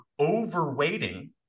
overweighting